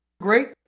Great